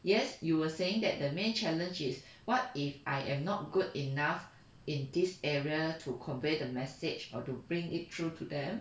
yes you were saying that the main challenge is what if I am not good enough in this area to convey the message or to bring it through to them